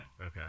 Okay